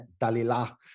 Dalila